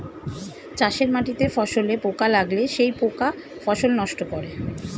চাষের মাটিতে ফসলে পোকা লাগলে সেই পোকা ফসল নষ্ট করে